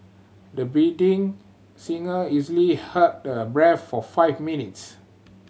the biding singer easily held her breath for five minutes